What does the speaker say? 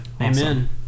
Amen